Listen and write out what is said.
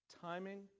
Timing